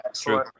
true